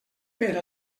fer